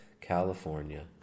California